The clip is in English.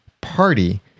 party